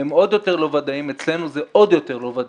הן עוד יותר לא וודאיות אצלנו הן עוד יותר לא וודאיות.